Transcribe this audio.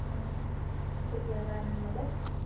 অঁ কেতিয়াবা আনিবলৈ